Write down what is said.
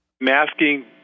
Masking